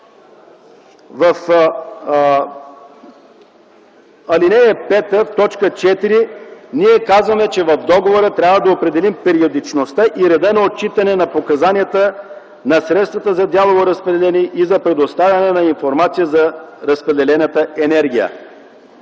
в ал. 5, т. 4 ние казваме, че в договора трябва да определим периодичността и реда на отчитане на показанията на средствата за дялово разпределение и за предоставяне на информация за разпределената енергия.